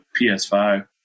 PS5